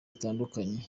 zitandukanye